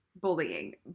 bullying